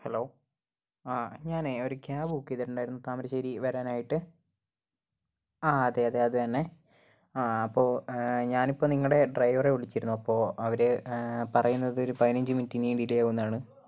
hello ആ ഞാനേ ഒരു ക്യാബ് ബുക്ക് ചെയ്തിട്ടുണ്ടായിരുന്നു താമരശ്ശേരി വരാനായിട്ട് ആ അതെ അതെ അതുതന്നെ ആ ഇപ്പോൾ ഞാനിപ്പോൾ നിങ്ങളുടെ ഡ്രൈവറെ വിളിച്ചിരുന്നു അപ്പോൾ അവര് പറയുന്നതൊരു പതിനഞ്ച് മിനിറ്റ് ഇനിയും ഡിലെ ആകുമെന്നാണ്